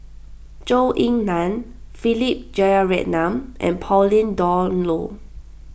Zhou Ying Nan Philip Jeyaretnam and Pauline Dawn Loh